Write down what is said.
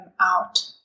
out